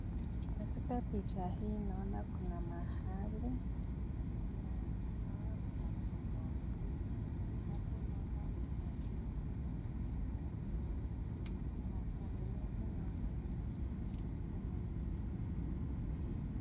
Katika picha hii naona kuna mahali na naona kuna mgomba wa ndizi na hapo naona kuna vitu nyeusi na kando yake naona kuna vitu nyeupe na nyekundu .